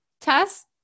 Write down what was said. Tess